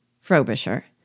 Frobisher